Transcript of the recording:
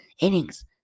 innings